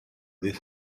this